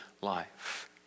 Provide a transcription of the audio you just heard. life